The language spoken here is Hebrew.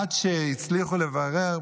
עד שהצליחו לברר,